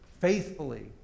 faithfully